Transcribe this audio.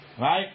Right